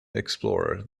explorer